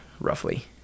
roughly